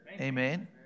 amen